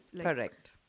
Correct